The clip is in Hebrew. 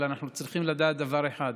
אבל צריך לדעת דבר אחד: